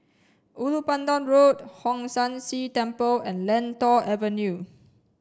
Ulu Pandan Road Hong San See Temple and Lentor Avenue